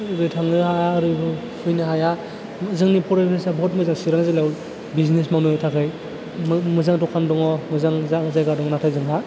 ओरैबो थांनो हाया ओरैबो फैनो हाया जोंनि फरिबेजआ बहुद मोजां सिरां जिल्लायाव बिजिनेस मावनो थाखाय मो मोजां दखान दङ मोजां जायगा दङ नाथाय जोंहा